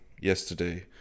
yesterday